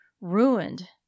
ruined